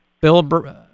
Bill